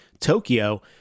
Tokyo